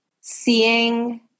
seeing